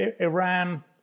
Iran